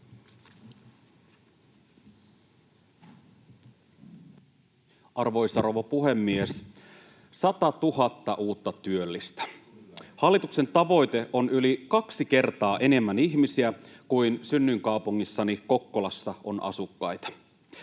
Arvoisa rouva puhemies! 100 000 uutta työllistä — hallituksen tavoite on yli kaksi kertaa enemmän ihmisiä kuin synnyinkaupungissani Kokkolassa on asukkaita.